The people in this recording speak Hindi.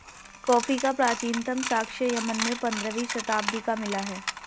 कॉफी का प्राचीनतम साक्ष्य यमन में पंद्रहवी शताब्दी का मिला है